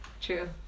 True